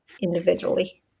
individually